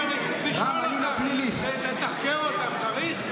לשאול אותם, לתחקר אותם, צריך?